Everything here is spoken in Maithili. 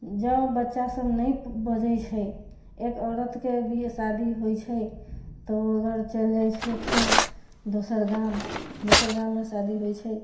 जँ बच्चासभ नहि बजै छै एक औरतके भी शादी होइ छै तऽ ओ अगर चलि जाइ छथिन दोसर गाम दोसर गाममे शादी होइ छै